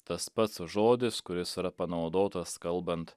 tas pats žodis kuris yra panaudotas kalbant